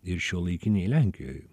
ir šiuolaikinėj lenkijoj